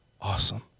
awesome